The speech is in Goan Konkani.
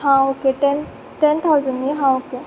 हां ओके टॅन टाउजंड न्ही आं ओके